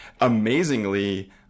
amazingly